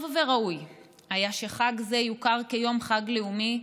טוב וראוי היה שחג זה יוכר כיום חג לאומי,